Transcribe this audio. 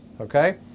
Okay